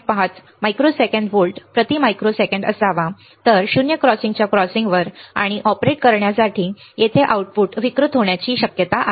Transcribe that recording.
5 microsecond volt प्रति microsecond असावा तर 0 क्रॉसिंगच्या क्रॉसिंगवर आणि ऑपरेट करण्यासाठी तेथे आउटपुट विकृत होण्याची शक्यता आहे